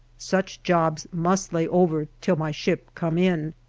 such jobs must lay over till my ship came in